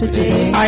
Today